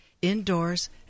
Indoors